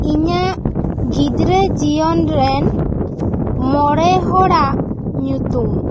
ᱤᱧᱟ ᱜ ᱜᱤᱫᱽᱨᱟ ᱡᱤᱭᱚᱱ ᱨᱮᱱ ᱢᱚᱬᱮ ᱦᱚᱲᱟᱜ ᱧᱩᱛᱩᱢ